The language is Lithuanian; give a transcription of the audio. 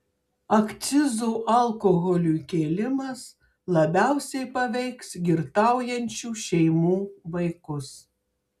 akcizų alkoholiui kėlimas labiausiai paveiks girtaujančių šeimų vaikus